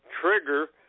trigger